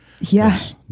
Yes